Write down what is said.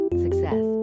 success